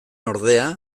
ordea